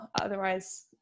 otherwise